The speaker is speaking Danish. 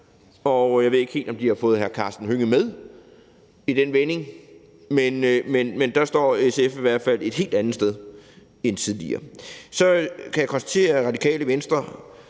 Jeg ved ikke helt, om de har fået hr. Karsten Hønge med i den vending, men der står SF i hvert fald et helt andet sted end tidligere. Så kan jeg konstatere, at Radikale Venstre